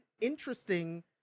interesting